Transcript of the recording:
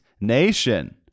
nation